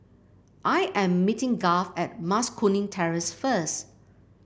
I am meeting Garth at Mas Kuning Terrace first